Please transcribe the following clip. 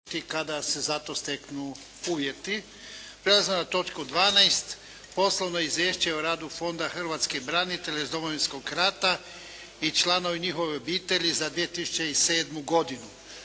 Hrvatskog sabora. Pa evo pred nama je Poslovno izvješće o radu Fonda hrvatskih branitelja iz Domovinskog rata i članova njihovih obitelji za 2007. godinu